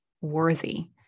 worthy